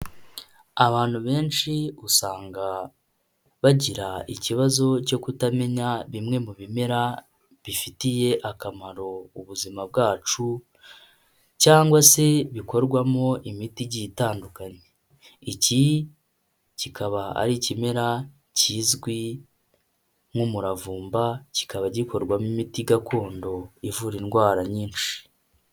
Abantu benshi usanga bagira ikibazo cyo kutamenya bimwe mu bimera bifitiye akamaro ubuzima bwacu, cyangwa se bikorwamo imiti igiye itandukanye, iki kikaba ari ikimera kizwi nk'umuravumba, kikaba gikorwamo imiti gakondo ivura indwara nyinshi.